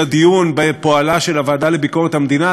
של הדיון בפועלה של הוועדה לביקורת המדינה,